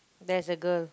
there's a girl